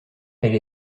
elle